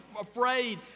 afraid